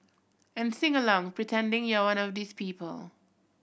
and sing along pretending you're one of these people